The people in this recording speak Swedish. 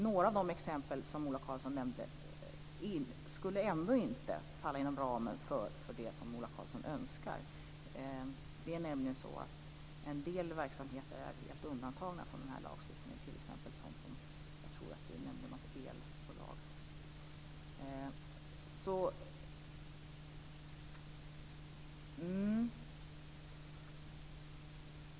Några av de exempel som Ola Karlsson nämnde skulle ändå inte falla inom ramen för det som Ola Karlsson önskar. En del verksamheter är helt undantagna från den här lagstiftningen, t.ex. ett elbolag som Ola Karlsson nämnde.